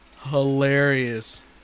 hilarious